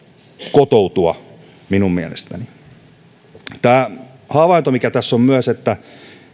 kotoutua minun mielestäni tämä havainto mikä tässä myös on että